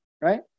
Right